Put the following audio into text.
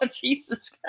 Jesus